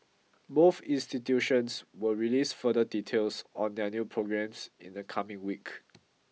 both institutions will release further details on their new programmes in the coming week